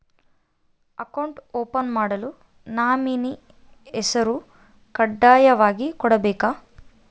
Account open ಮಾಡಲು nominee ಹೆಸರು ಕಡ್ಡಾಯವಾಗಿ ಕೊಡಬೇಕಾ?